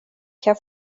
kan